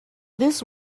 this